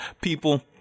People